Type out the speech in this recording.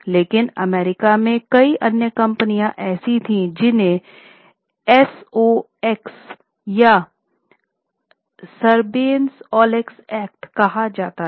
लेकिन अमेरिका में कई अन्य कंपनियां ऐसी थी जिन्हें एसओएक्स या सरबानेस ऑक्सले अधिनियम कहा जाता था